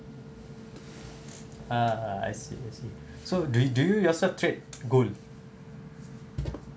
ah I see I see so do you do you also trade gold